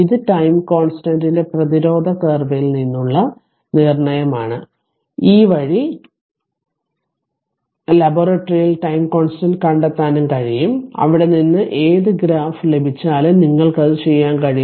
ഇത് ടൈം കൊൻസ്ടനെറ്റിനെ പ്രതികരണ കാർവിൽ നിന്നും ഉള്ള നിർണ്ണയമാണ് ഈ വഴി ലബോറട്ടറിയിൽ ടൈം കൊൻസ്ടന്റ് കണ്ടെത്താനും കഴിയും അവിടെ നിന്ന് ഏത് ഗ്രാഫു ലഭിച്ചാലും നിങ്ങൾക്ക് അത് ചെയ്യാൻ കഴിയും